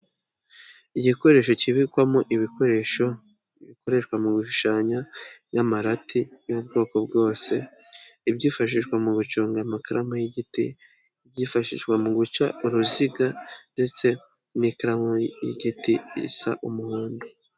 Igikoresho kibikwamo ibikoresho bikoreshwa mu gushushanya nk'amarati y'ubwoko bwose, ibyifashishwa mu guconga amakaramu y'igiti, ibyifashishwa mu guca uruziga ndetse n'ikaramu y'igiti, isa umuhondo.